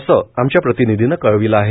असं आमच्या प्रतीनिधीनं कळवलं आहे